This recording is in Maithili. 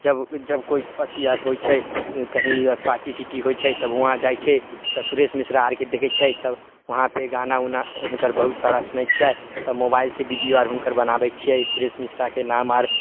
जब जब कोइ अथी आर होइ छै उमे कहीँ आर पाटी सिटी होइ छै तब हुआँ जाइ छै तऽ सुरेश मिश्रा आरके देखै छियै तब वहाँ पे गाना उना हुनकर बहुत सारा सुनय छिअय तऽ मोबाइल से बीडिओ आर हुनकर बनाबय छिअय सुरेश मिश्रा के नाम आर